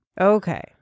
Okay